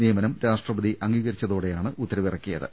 നിയമനം രാഷ്ട്രപതി അംഗീകരിച്ചതോടെയാണ് ഉത്ത രവ് ഇറക്കിയത്